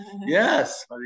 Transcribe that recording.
Yes